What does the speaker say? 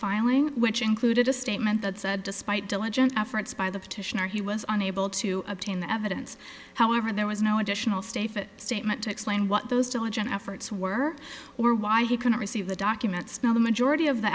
filing which included a statement that said despite diligent efforts by the petitioner he was unable to obtain the evidence however there was no additional stay fit statement to explain what those diligent efforts were or why he couldn't receive the documents now the majority of the